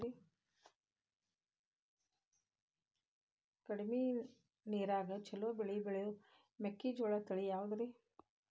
ಕಡಮಿ ನೇರಿನ್ಯಾಗಾ ಛಲೋ ಬೆಳಿ ಬೆಳಿಯೋ ಮೆಕ್ಕಿಜೋಳ ತಳಿ ಯಾವುದ್ರೇ?